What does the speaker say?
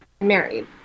married